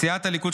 סיעת הליכוד,